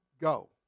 go